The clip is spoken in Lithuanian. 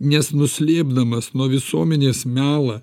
nes nuslėpdamas nuo visuomenės melą